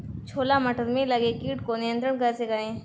छोला मटर में लगे कीट को नियंत्रण कैसे करें?